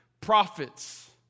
prophets